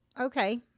Okay